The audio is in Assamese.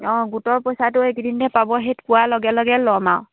অঁ গোটৰ পইচাটো এইকেইদিনহে পাব পোৱাৰ লগে লগে ল'ম আৰু